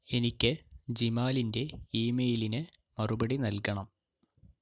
എനിക്ക് ജിമാലിൻ്റെ ഇമെയിലിന് മറുപടി നൽകണം